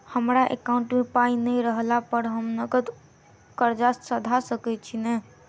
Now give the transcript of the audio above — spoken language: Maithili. हमरा एकाउंट मे पाई नै रहला पर हम नगद कर्जा सधा सकैत छी नै?